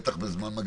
בטח בזמן מגפה.